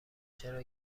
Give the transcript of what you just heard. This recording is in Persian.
چرا